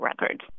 records